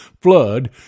flood